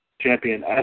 Champion